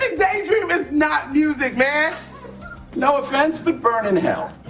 ah daydream is not music, man no offense, but burn in hell